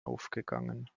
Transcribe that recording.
aufgegangen